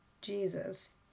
Jesus